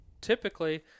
typically